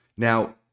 Now